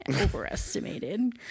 overestimated